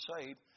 saved